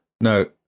No